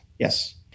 Yes